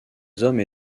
hommes